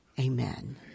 Amen